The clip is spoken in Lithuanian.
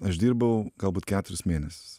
aš dirbau galbūt keturis mėnesius